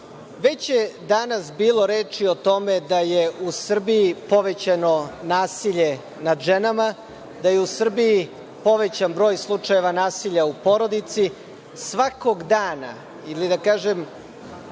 već je danas bilo reči o tome da je u Srbiji povećano nasilje nad ženama, da je u Srbiji povećan broj slučajeva nasilja u porodici. Svakog dana ili, da kažem,